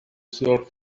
sword